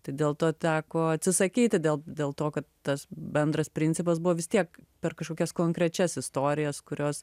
tai dėl to teko atsisakyti dėl dėl to kad tas bendras principas buvo vis tiek per kažkokias konkrečias istorijas kurios